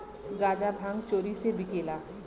गांजा भांग चोरी से बिकेला